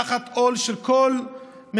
תחת עול של כל משעבד,